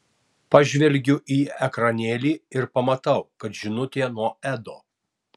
pažvelgiu į ekranėlį ir pamatau kad žinutė nuo edo